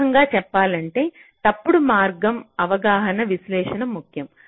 సంగ్రహంగా చెప్పాలంటే తప్పుడు మార్గం అవగాహన విశ్లేషణ ముఖ్యం